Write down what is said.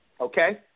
Okay